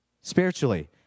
spiritually